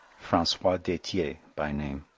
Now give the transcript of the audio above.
francois detier by name.